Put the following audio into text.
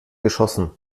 geschossen